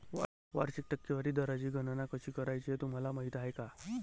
वार्षिक टक्केवारी दराची गणना कशी करायची हे तुम्हाला माहिती आहे का?